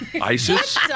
Isis